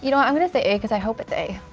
you know i'm gonna say a because i hope it's a.